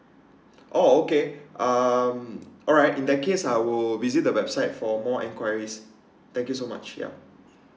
oh okay um alright in that case I will visit the website for more enquiries thank you so much yup